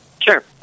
Sure